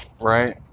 right